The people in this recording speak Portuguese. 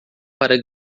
para